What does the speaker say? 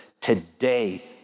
today